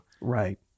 right